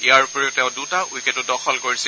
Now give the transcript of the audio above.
ইয়াৰ উপৰিও তেওঁ দুটা উইকেটো দখল কৰিছিল